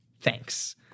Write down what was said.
Thanks